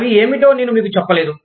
అవి ఏమిటో నేను మీకు చెప్పలేదు